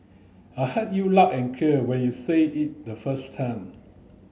I heard you loud and clear when you said it the first time